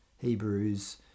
Hebrews